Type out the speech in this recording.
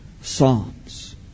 Psalms